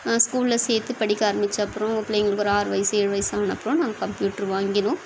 நான் ஸ்கூலில் சேர்த்து படிக்க ஆரமித்த அப்புறம் பிள்ளைங்களுக்கு ஒரு ஆறு வயது ஏழு வயது ஆன அப்புறம் நாங்கள் கம்ப்யூட்ரு வாங்கினோம்